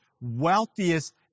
wealthiest